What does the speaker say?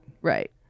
Right